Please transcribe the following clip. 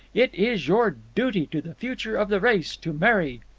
it is your duty to the future of the race to marry.